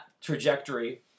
trajectory